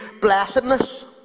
blessedness